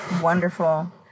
Wonderful